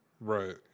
Right